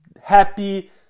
happy